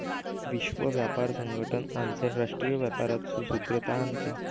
विश्व व्यापार संगठन आंतरराष्ट्रीय व्यापारात सुसूत्रता आणते